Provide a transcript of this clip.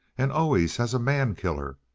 and always as a man killer.